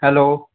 hello